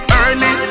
early